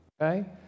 okay